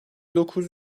dokuz